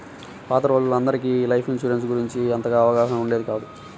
పాత రోజుల్లో అందరికీ లైఫ్ ఇన్సూరెన్స్ గురించి అంతగా అవగాహన ఉండేది కాదు